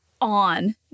on